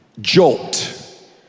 jolt